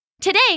Today